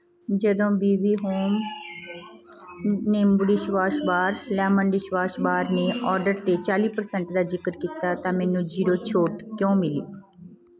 ਜਦੋਂ B B home ਨਿੰਬੂ dishwash bar lemon dishwash bar ਨੇ ਓਰਡਰ 'ਤੇ ਚਾਲੀ ਪਰਸੈਂਟ ਦਾ ਜ਼ਿਕਰ ਕੀਤਾ ਤਾਂ ਮੈਨੂੰ ਜ਼ੀਰੋ ਛੋਟ ਕਿਉਂ ਮਿਲੀ